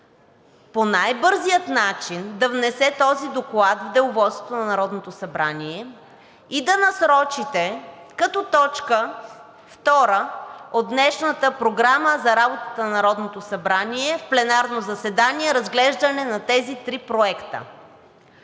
по най-бързия начин да внесе този доклад в Деловодството на Народното събрание и да насрочите като точка 2 от днешната Програма за работата на Народното събрание в пленарното заседание разглеждане на тези три проекта.